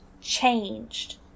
changed